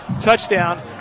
touchdown